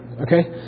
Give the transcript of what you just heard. Okay